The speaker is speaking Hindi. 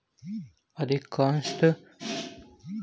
अधिकांशत वार्षिक आय की गणना वित्तीय वर्ष पर होती है